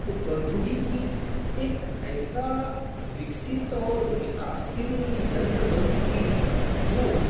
तो प्रौद्योगिकी एक ऐसा विकसित और विकासशील यंत्र बन चुकी है जो